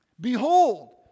Behold